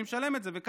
מי משלם את זה וכמה?